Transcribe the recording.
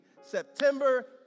September